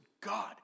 God